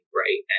right